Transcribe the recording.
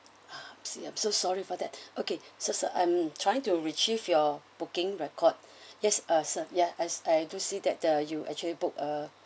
ah see I'm so sorry for that okay so sir I'm trying to retrieve your booking record yes uh sir ya as I do see that the you actually book ah